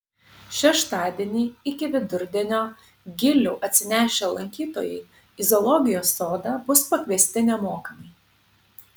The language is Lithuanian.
šeštadienį iki vidurdienio gilių atsinešę lankytojai į zoologijos sodą bus pakviesti nemokamai